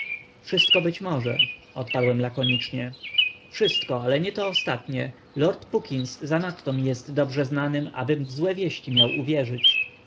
wszystko być może odrzekłem lakonicznie wszystko ale nie to ostatnie lord puckins zanadto mi jest dobrze znanym abym w złe wieści miał uwierzyć